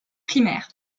primaire